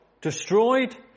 destroyed